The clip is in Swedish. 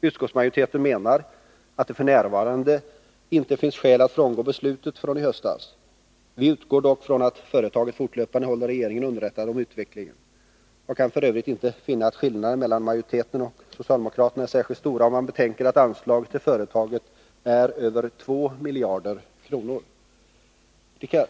Utskottsmajoriteten menar att det f. n. inte finns skäl att frångå beslutet från i höstas. Vi utgår dock från att företaget fortlöpande håller regeringen underrättad om utvecklingen. Jag kan inte finna att skillnaden mellan majoriteten och socialdemokraterna är särskilt stor, om man betänker att anslaget till företaget är över 2 miljarder kronor.